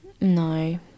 No